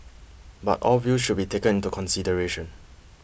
but all views should be taken into consideration